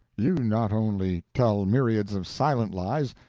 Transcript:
you not only tell myriads of silent lies,